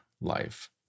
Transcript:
life